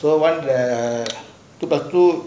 so one the twop plus two